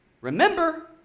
Remember